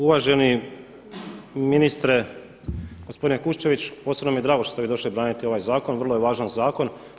Uvaženi ministre gospodine Kuščević, posebno mi je drago što ste vi došli braniti ovaj zakon, vrlo je važan zakon.